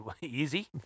easy